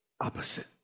opposite